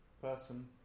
person